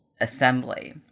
assembly